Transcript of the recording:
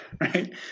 Right